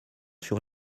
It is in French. sur